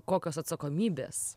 kokios atsakomybės